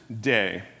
day